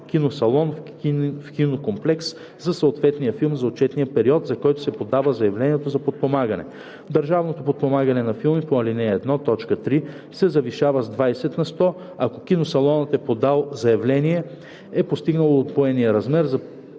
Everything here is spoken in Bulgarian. киносалон в кинокомплекс за съответния филм за отчетния период, за който се подава заявлението за подпомагане. Държавното подпомагане на филми по ал. 1, т. 3 се завишава с 20 на сто, ако киносалонът, подал заявление, е постигнал удвоения размер